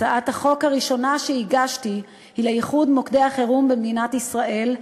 הצעת החוק הראשונה שהגשתי היא לאיחוד מוקדי החירום במדינת ישראל,